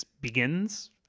begins